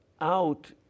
out